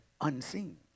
unseen